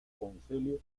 concilio